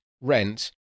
rent